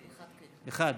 אחד.